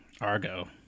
Argo